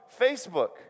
Facebook